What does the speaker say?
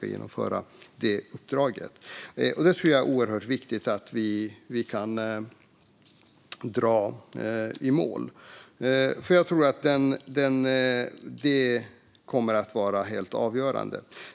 Jag tror att det är oerhört viktigt att vi kan dra detta i mål; jag tror att det kommer att vara helt avgörande.